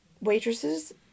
waitresses